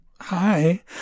hi